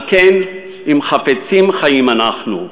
על כן, אם חפצי חיים אנחנו,